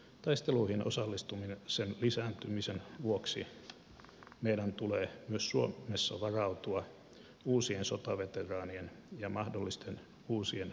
taisteluihin osallistumisen sen lisääntymisen vuoksi meidän tulee myös suomessa varautua uusien sotaveteraanien ja mahdollisten uusien sotainvalidien hoitoon